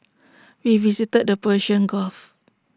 we visited the Persian gulf